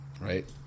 right